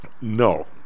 no